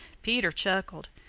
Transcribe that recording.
peter chuckled.